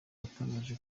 yatangaje